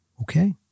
Okay